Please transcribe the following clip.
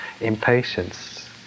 impatience